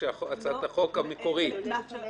במצב יותר חמור ממה שהצעת החוק המקורית אומרת.